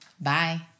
Bye